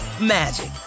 magic